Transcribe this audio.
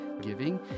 giving